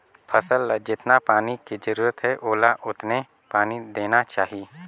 फसल ल जेतना पानी के जरूरत हे ओला ओतने पानी देना चाही